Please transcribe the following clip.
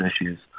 issues